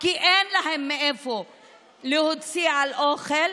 כי אין להן מאיפה להוציא על אוכל.